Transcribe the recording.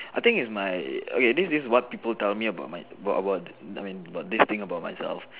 I think is my okay this this what people tell me about my about about I mean this thing about myself